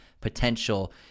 potential